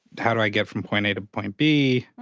how do i get from point a to point b?